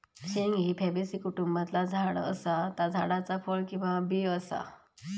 शेंग ही फॅबेसी कुटुंबातला झाड असा ता झाडाचा फळ किंवा बी असा